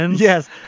Yes